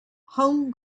home